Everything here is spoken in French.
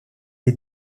est